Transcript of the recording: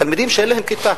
תלמידים שאין להם כיתה,